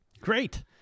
Great